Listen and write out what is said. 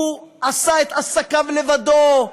הוא עשה את עסקיו לבדו,